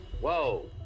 Whoa